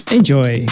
Enjoy